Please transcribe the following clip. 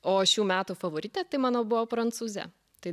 o šių metų favoritė tai mano buvo prancūzė tai